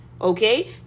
okay